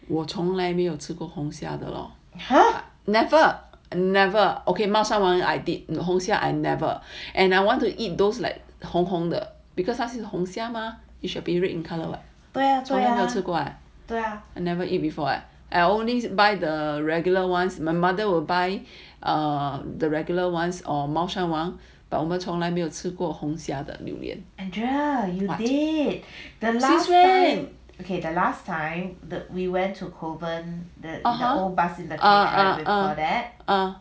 我从来没有吃过红霞的 lor never never okay 猫山王 I did and 红霞 I want to eat those like 红红的 because 红虾 you shall be red in colour what we're talking about I never eat before what I only buy the regular ones my mother would buy err the regular ones or 猫山王 but 我们从来没有吃过红霞的榴莲 what since when (uh huh) uh uh uh